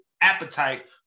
appetite